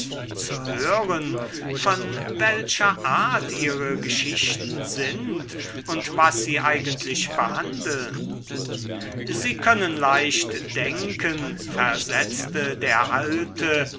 zu hören von welcher art ihre geschichten sind und was sie eigentlich behandeln sie können leicht denken versetzte der alte